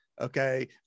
okay